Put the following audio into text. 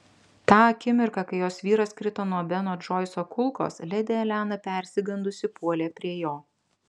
tą akimirką kai jos vyras krito nuo beno džoiso kulkos ledi elena persigandusi puolė prie jo